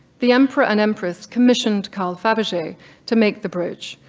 the emperor and empress commissioned carl faberge to make the brooch,